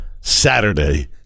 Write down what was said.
Saturday